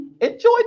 Enjoy